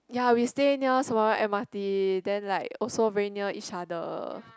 ya we stay near Sembawang m_r_t then like also very near each other